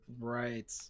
Right